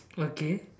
okay